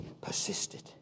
persisted